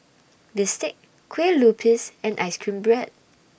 Bistake Kue Lupis and Ice Cream Bread